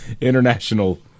International